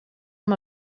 amb